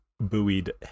buoyed